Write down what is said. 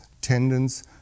tendons